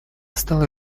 стала